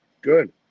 good